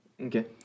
Okay